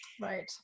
Right